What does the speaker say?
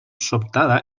sobtada